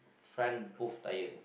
front both tire